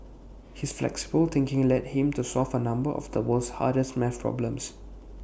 his flexible thinking led him to solve A number of the world's hardest math problems